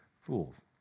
fools